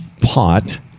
pot